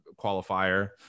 qualifier